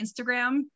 Instagram